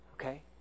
Okay